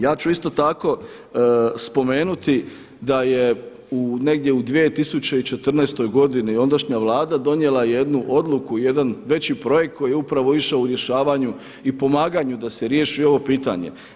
Ja ću isto tako spomenuti da je negdje u 2014. godini ondašnja Vlada donijela jednu odluku, jedan veći projekt koji je upravo išao u rješavanju i pomaganju da se riješi ovo pitanje.